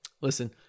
Listen